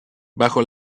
bajo